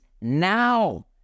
now